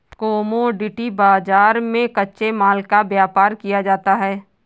commodity बाजार में कच्चे माल का व्यापार किया जाता है